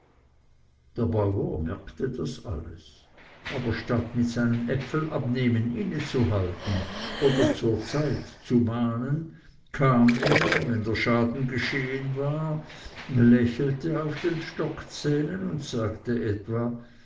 der bauer merkte das alles aber statt mit seinem äpfelabnehmen innezuhalten oder zur zeit zu mahnen kam er wenn der schaden geschehen war lächelte auf den stockzähnen und sagte etwa